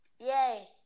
Yay